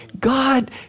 God